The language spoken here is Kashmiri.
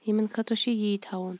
یِمَن خٲطرٕ چھُ یِی تھاوُن